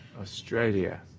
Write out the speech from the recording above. Australia